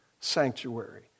sanctuary